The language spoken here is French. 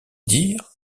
dire